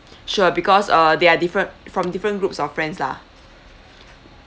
sure because uh there are different from different groups of friends lah